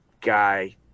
guy